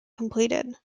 completed